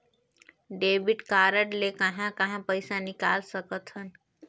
Debit card ले कहां कहां पइसा निकाल सकथन?